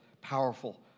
powerful